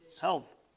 health